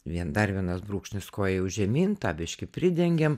vien dar vienas brūkšnis koja jau žemyn tą biškį pridengėm